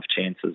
chances